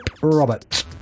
Robert